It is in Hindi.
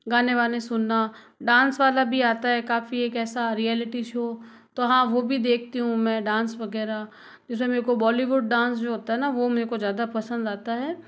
गाने वाने सुनना डांस वाला भी आता है काफ़ी एक ऐसा रियलिटी शो तो हाँ वो भी देखती हूँ मैं डांस वगैरह जैसे मेरे को बॉलीवुड डांस जो होता है ना वो मेको ज़्यादा पसंद आता है